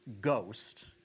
ghost